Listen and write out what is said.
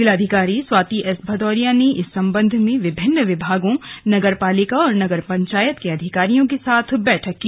जिलाधिकारी स्वाति एस भदौरिया ने इस संबंध में विभिन्न विभागों नगरपालिका और नगर पंचायत के अधिकारियों के साथ बैठक की